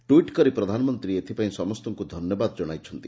tweet କରି ପ୍ରଧାନମନ୍ତୀ ଏଥିପାଇଁ ସମସ୍ତଙ୍କୁ ଧନ୍ୟବାଦ ଜଣାଇଛନ୍ତି